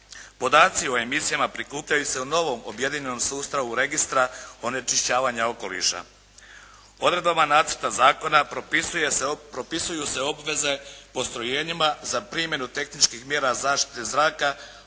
Podaci o emisijama prikupljaju se u novom objedinjenom sustavu registra onečišćavanja okoliša. Odredbama nacrta zakona propisuju se obveze postrojenjima za primjenu tehničkih mjera zaštite zraka